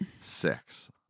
Six